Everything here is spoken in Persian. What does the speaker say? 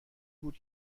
بود